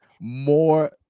more